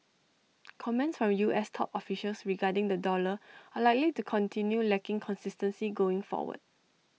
comments from U S top officials regarding the dollar are likely to continue lacking consistency going forward